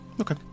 Okay